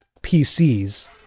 PCs